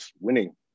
winning